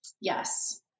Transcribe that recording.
Yes